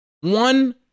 One